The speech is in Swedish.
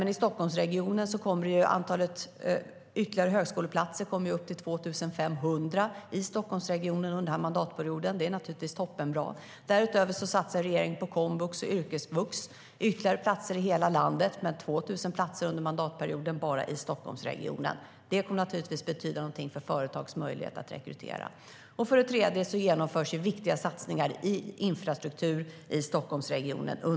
I Stockholmsregionen kommer antalet ytterligare högskoleplatser att bli upp till 2 500 under mandatperioden. Det är naturligtvis mycket bra. Därutöver satsar regeringen på komvux och yrkesvux med ytterligare platser i hela landet. Bara i Stockholmsregionen blir det 2 000 platser under mandatperioden. Det kommer förstås att betyda någonting för företagens möjligheter att rekrytera. För det tredje genomförs under mandatperioden viktiga satsningar i infrastrukturen i Stockholmsregionen.